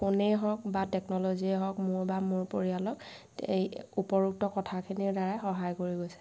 ফোনেই হওক বা টেকন'ল'জীয়ে হওক মোৰ বা মোৰ পৰিয়ালক এই উপৰোক্ত কথাখিনিৰ দ্বাৰা সহায় কৰি গৈছে